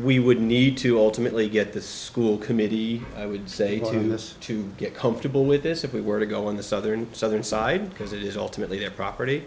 we would need to ultimately get the school committee i would say to us to get comfortable with this if we were to go on the southern southern side because it is ultimately their property